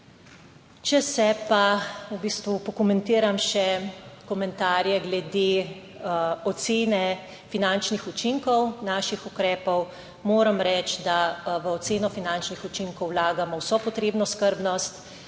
Če v bistvu pokomentiram še komentarje glede ocene finančnih učinkov naših ukrepov, moram reči, da v oceno finančnih učinkov vlagamo vso potrebno skrbnost.